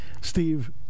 Steve